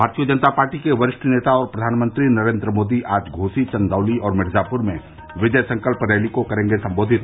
भारतीय जनता पार्टी के वरिष्ठ नेता और प्रधानमंत्री नरेंद्र मोदी आज घोसी चंदौली और मिर्जापुर में विजय संकल्प रैली को करेंगे संबोधित